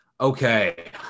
Okay